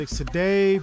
today